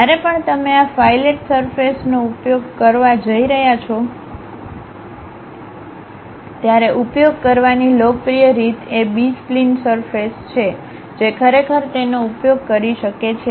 જ્યારે પણ તમે આ ફાઇલલેટ સરફેસનો ઉપયોગ કરવા જઇ રહ્યા છો ત્યારે ઉપયોગ કરવાની લોકપ્રિય રીત એ બી સ્પ્લિન સરફેસ છે જે ખરેખર તેનો ઉપયોગ કરી શકે છે